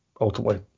ultimately